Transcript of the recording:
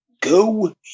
Go